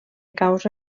causa